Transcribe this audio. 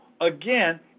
again